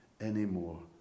anymore